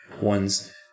ones